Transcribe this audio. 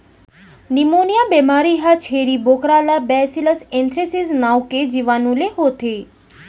pneumonia बेमारी ह छेरी बोकरा ला बैसिलस एंथ्रेसिस नांव के जीवानु ले होथे